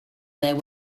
there